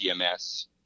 EMS